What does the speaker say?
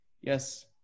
Yes